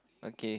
okay